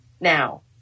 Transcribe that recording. now